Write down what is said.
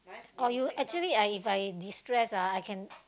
oh you actually I If I destress ah I can